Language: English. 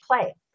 play